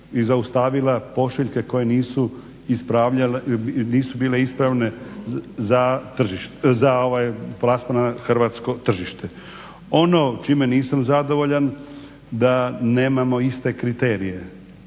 i zaustavila pošiljke koje nisu bile ispravne za plasman na hrvatsko tržište. Ono čime nisam zadovoljan da nemamo iste kriterije.